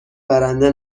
برنده